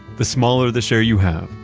the smaller the share you have,